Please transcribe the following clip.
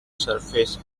surface